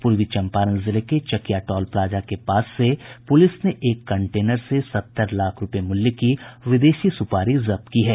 पूर्वी चंपारण जिले के चकिया टॉल प्लाजा के पास से पुलिस ने एक कंटेनर से सत्तर लाख रूपये मूल्य की विदेशी सुपारी जब्त की है